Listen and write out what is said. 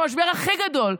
במשבר הכי גדול,